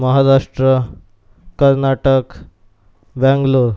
Maharashtra Karnataka Bangalore